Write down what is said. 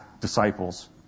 disciples